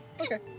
Okay